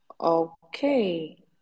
Okay